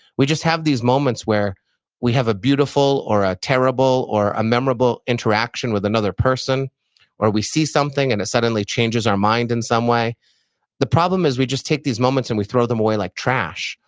we just have these moments where we have a beautiful or a terrible or a memorable interaction with another person or we see something and it suddenly changes our mind in some way the problem is we just take these moments and we throw them away like trash.